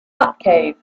batcave